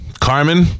Carmen